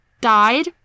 died